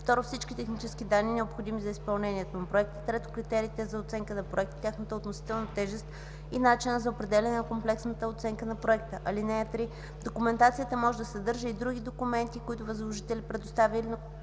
й; 2. всички технически данни, необходими за изпълнението на проекта; 3. критериите за оценка на проекта, тяхната относителна тежест и начина за определяне на комплексната оценка на проекта. (3) Документацията може да съдържа и други документи, които възложителят предоставя или